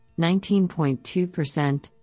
19.2%